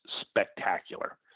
spectacular